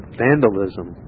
vandalism